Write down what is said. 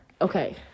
okay